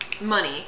money